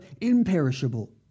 imperishable